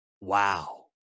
wow